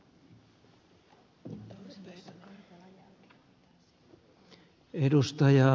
arvoisa puhemies